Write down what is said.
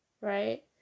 right